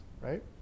right